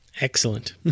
Excellent